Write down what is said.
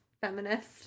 feminist